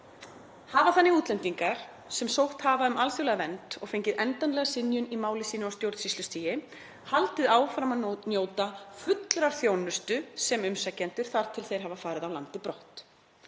„Hafa þannig útlendingar, sem sótt hafa um alþjóðlega vernd og fengið endanlega synjun í máli sínu á stjórnsýslustigi, haldið áfram að njóta fullrar þjónustu sem umsækjendur þar til þeir hafa farið af landi brott.